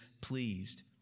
pleased